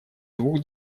двух